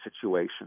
situation